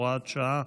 הוראת שעה,